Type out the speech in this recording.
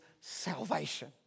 salvation